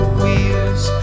wheels